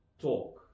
talk